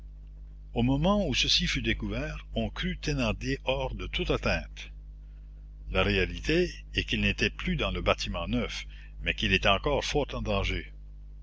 au moment où ceci fut découvert on crut thénardier hors de toute atteinte la réalité est qu'il n'était plus dans le bâtiment neuf mais qu'il était encore fort en danger